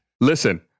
listen